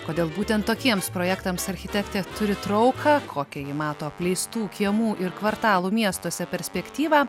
kodėl būtent tokiems projektams architektė turi trauką kokią ji mato apleistų kiemų ir kvartalų miestuose perspektyvą